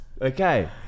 Okay